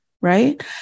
right